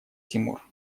тимур